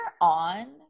on